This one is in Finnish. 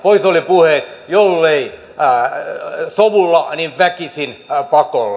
poissa olivat puheet jollei sovulla niin väkisin pakolla